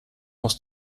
muss